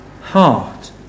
heart